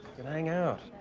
hang out.